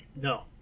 No